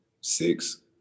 six